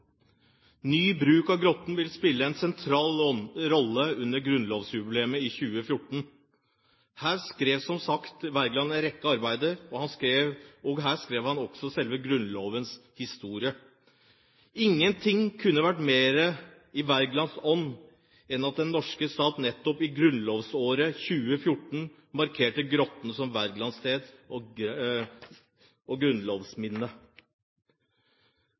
Ny bruk av Grotten vil kunne spille en sentral rolle under grunnlovsjubileet i 2014. Her skrev Wergeland en rekke arbeider, og her skrev han også selve Grunnlovens historie. Ingen ting kunne vært mer i Wergelands ånd enn at den norske stat nettopp i grunnlovsåret 2014 markerte Grotten som Wergelands sted og grunnlovsminne.